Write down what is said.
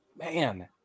man